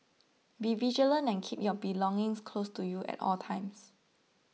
be vigilant and keep your belongings close to you at all times